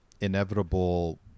inevitable